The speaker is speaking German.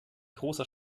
großer